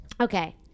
Okay